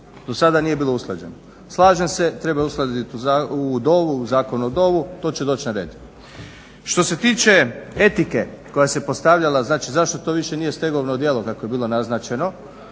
Do sada nije bilo usklađeno. Slažem se, treba uskladiti u DOV-u, Zakon o DOV-u, to će doći na red. Što se tiče etike koja se postavljala, znači zašto to više nije stegovno djelo kako je bilo naznačeno.